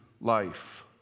life